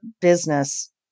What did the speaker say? business